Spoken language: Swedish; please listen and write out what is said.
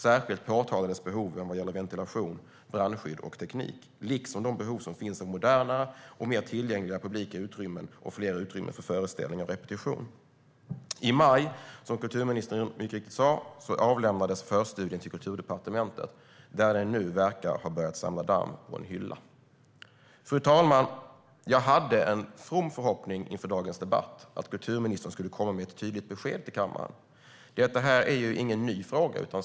Särskilt påtalades behoven vad gäller ventilation, brandskydd och teknik, liksom de behov som finns av modernare och mer tillgängliga publika utrymmen och flera utrymmen för föreställningar och repetition. I maj avlämnades, som kulturministern mycket riktigt sa, förstudien till Kulturdepartementet, där den nu verkar ha börjat samla damm på en hylla. Fru talman! Jag hade inför dagens debatt en from förhoppning om att kulturministern skulle komma med ett tydligt besked till kammaren. Detta är ingen ny fråga.